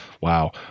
Wow